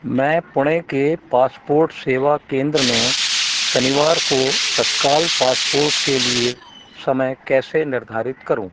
मैं पुणे के पासपोर्ट सेवा केन्द्र में शनिवार को तत्काल पासपोर्ट के लिए समय कैसे निर्धारित करूँ